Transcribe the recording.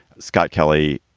scott kelly,